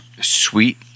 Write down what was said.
sweet